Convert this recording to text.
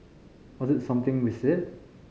was it something we said